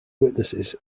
witnesses